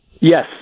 Yes